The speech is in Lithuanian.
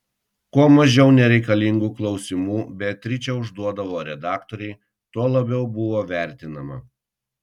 kuo mažiau nereikalingų klausimų beatričė užduodavo redaktorei tuo labiau buvo vertinama